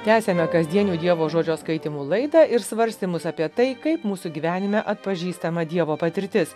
tęsiame kasdienių dievo žodžio skaitymų laidą ir svarstymus apie tai kaip mūsų gyvenime atpažįstama dievo patirtis